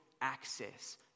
access